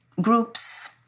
groups